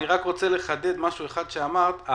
אני רוצה לחדד משהו אחד שאמרת,